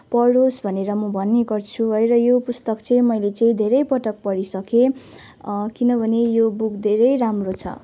पढोस् भनेर म भन्ने गर्छु र यो पुस्तक चाहिँ मैले चाहिँ धेरैपटक पढिसकेँ किनभने यो बुक धेरै राम्रो छ